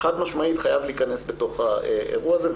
חד-משמעית חייב להיכנס בתוך האירוע הזה.